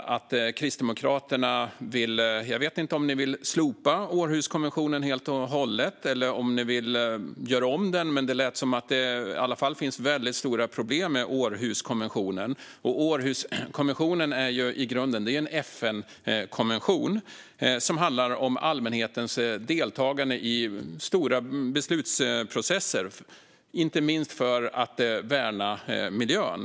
Jag vet inte om ni i Kristdemokraterna vill slopa Århuskonventionen helt och hållet eller om ni vill göra om den, men det lät som att det i alla fall finns väldigt stora problem med Århuskonventionen. Århuskonventionen är i grunden en FN-konvention som handlar om allmänhetens deltagande i stora beslutsprocesser, inte minst för att värna miljön.